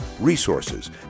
resources